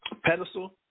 pedestal